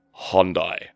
Hyundai